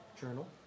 journal